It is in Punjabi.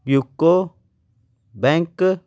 UCO bank